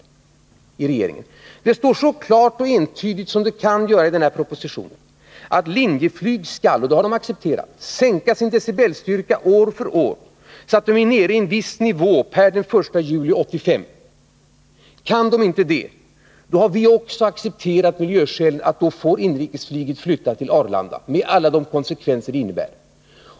Men i propositionen står det så klart och entydigt som det någonsin kan stå, att Linjeflyg skall — och det har man accepterat — sänka decibelstyrkan på sina flygplan år för år, så att den är nere på en viss nivå den 1 juli 1985. Klarar man inte det, har vi sagt, så accepterar vi av miljöskäl en flyttning till Arlanda med allt vad det innebär.